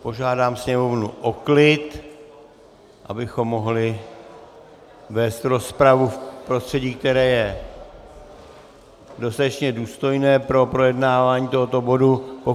Požádám sněmovnu o klid, abychom mohli vést rozpravu v prostředí, které je dostatečně důstojné pro projednávání tohoto bodu.